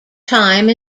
time